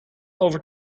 over